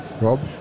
Rob